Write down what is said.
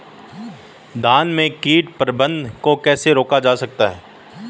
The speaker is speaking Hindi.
धान में कीट प्रबंधन को कैसे रोका जाता है?